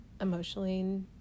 emotionally